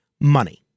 Money